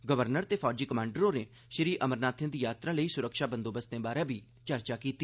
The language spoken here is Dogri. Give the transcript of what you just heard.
गवर्नर ते फौजी कमांडर होरें श्री अमरनाथें दी यात्रा लेई सुरक्षा बंदोबस्तें बारै बी चर्चा कीती